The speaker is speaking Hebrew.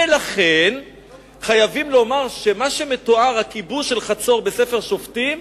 ולכן חייבים לומר שמה מתואר בספר שופטים,